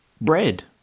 bread